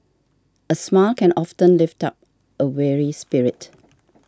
a smile can often lift up a weary spirit